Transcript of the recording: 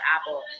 Apple